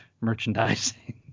merchandising